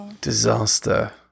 disaster